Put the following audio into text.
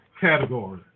category